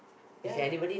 ya